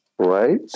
Right